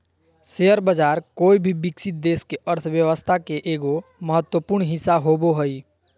share बाज़ार कोय भी विकसित देश के अर्थ्व्यवस्था के एगो महत्वपूर्ण हिस्सा होबो हइ